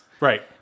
Right